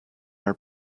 our